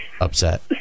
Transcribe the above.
upset